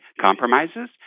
compromises